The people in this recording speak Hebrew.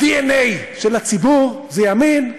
הדנ"א של הציבור זה ימין.